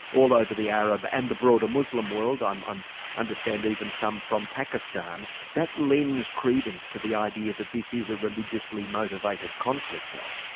all over the arab and the broader muslim world i um understand even some from pakistan that lends credence to the idea that this is a religiously motivated conflict though.